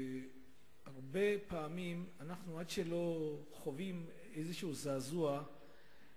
הרבה פעמים עד שאנחנו לא חווים איזשהו זעזוע,